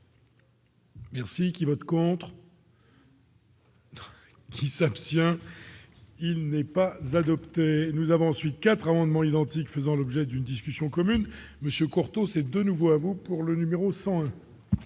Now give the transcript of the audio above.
Merci qui vote contre. Qui s'abstient. Il n'est pas adoptée, nous avons ensuite 4 amendements identiques faisant l'objet d'une discussion commune monsieur Courteau s'est de nouveau à vous pour le numéro 100.